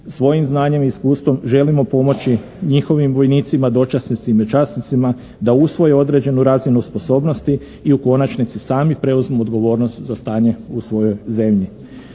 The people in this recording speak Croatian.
svojim znanjem i iskustvom želimo pomoći njihovim vojnicima, dočasnicima i časnicima da usvoje određenu razinu sposobnosti i u konačnici sami preuzmu odgovornost za stanje u svojoj zemlji.